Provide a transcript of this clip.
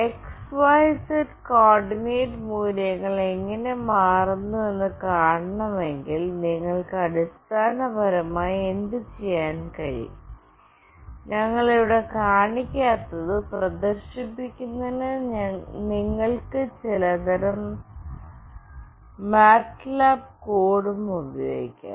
X y z coordinate മൂല്യങ്ങൾ എങ്ങനെ മാറുന്നുവെന്ന് കാണണമെങ്കിൽ നിങ്ങൾക്ക് അടിസ്ഥാനപരമായി എന്തുചെയ്യാൻ കഴിയും ഞങ്ങൾ ഇവിടെ കാണിക്കാത്തത് പ്രദർശിപ്പിക്കുന്നതിന് നിങ്ങൾക്ക് ചിലതരം മാറ്റ്ലാബ് കോഡും ഉപയോഗിക്കാം